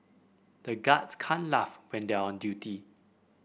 the guards can't laugh when they are on duty